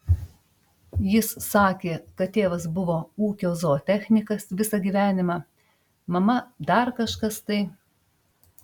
jis sakė kad tėvas buvo ūkio zootechnikas visą gyvenimą mama dar kažkas tai